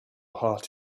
heart